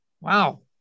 Wow